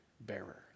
bearer